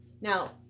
Now